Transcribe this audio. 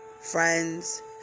Friends